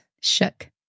shook